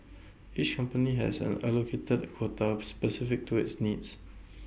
each company has an allocated quota specific to its needs